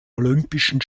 olympischen